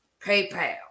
paypal